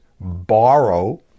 borrow